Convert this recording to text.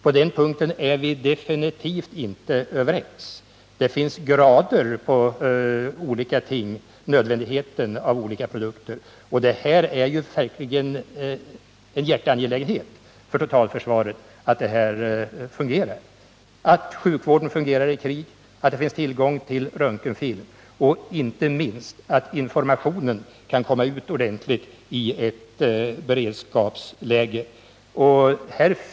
På den punkten är vi definitivt inte överens. Det finns olika grader för hur nödvändiga olika produkter är, men i det här fallet är det verkligen en hjärteangelägenhet för totalförsvaret att sjukvården fungerar i krig, att vi har fortsatt tillgång till röntgenfilm och framför allt att informationen kan komma ut ordentligt i ett beredskapsläge.